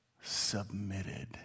Submitted